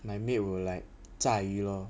my maid will like 炸鱼 lor